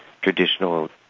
traditional